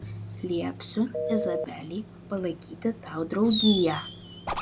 liepsiu izabelei palaikyti tau draugiją